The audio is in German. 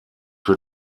für